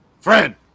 friend